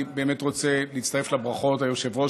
אני באמת רוצה להצטרף לברכות, היושב-ראש.